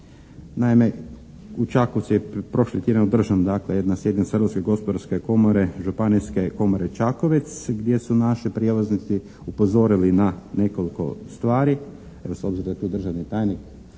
Naime, u Čakovcu je prošli tjedan održana dakle jedna sjednice Hrvatske gospodarske komore Županijske komore Čakovec gdje su naši prijevoznici upozorili na nekoliko stvari. Evo, s obzirom da je tu državni tajnik